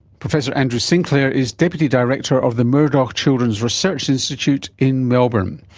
professor andrew sinclair is deputy director of the murdoch children's research institute in melbourne.